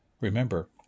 Remember